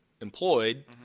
employed